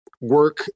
work